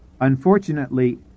Unfortunately